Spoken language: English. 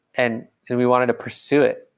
and and we wanted to pursue it.